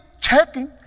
checking